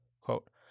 Quote